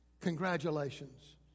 Congratulations